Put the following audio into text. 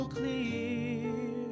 clear